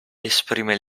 esprime